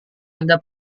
anda